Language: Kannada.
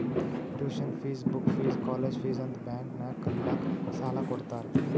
tuition fees, book fees, college fees ಅಂತ್ ಬ್ಯಾಂಕ್ ನಾಗ್ ಕಲಿಲ್ಲಾಕ್ಕ್ ಸಾಲಾ ಕೊಡ್ತಾರ್